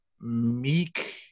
meek